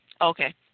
okay